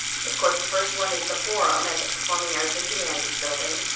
of course, the first one is the forum at the performing arts and humanities building.